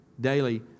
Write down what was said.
daily